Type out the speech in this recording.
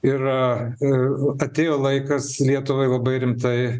yra ir atėjo laikas lietuvai labai rimtai